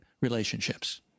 relationships